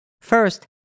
First